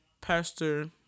pastor